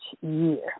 year